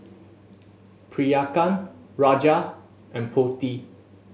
Priyanka Raja and Potti